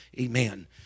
Amen